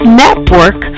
network